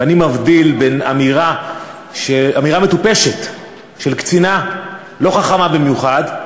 ואני מבדיל בין אמירה מטופשת של קצינה לא חכמה במיוחד,